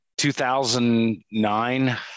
2009